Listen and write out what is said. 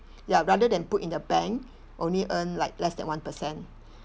ya rather than put in the bank only earn like less than one per cent